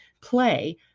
play